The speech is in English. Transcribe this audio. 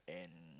and